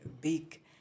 big